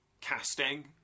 casting